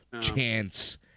Chance